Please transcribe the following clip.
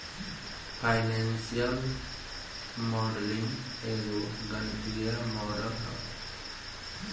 financial modelling एगो गणितीय model ह